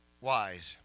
wise